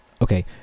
Okay